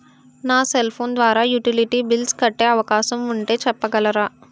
నా cell phone ద్వారా utility bills కట్టే అవకాశం ఉంటే చెప్పగలరా?